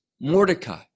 Mordecai